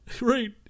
right